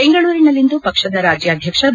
ಬೆಂಗಳೂರಿನಲ್ಲಿಂದು ಬಿಜೆಪಿ ರಾಜ್ಯಾಧ್ಯಕ್ಷ ಬಿ